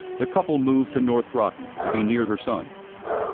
the couple moved to north groton to be near her son.